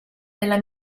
della